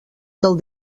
del